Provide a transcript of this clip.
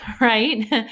right